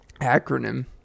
Acronym